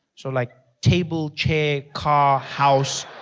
so like, table, chair, car, house.